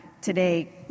today